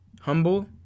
humble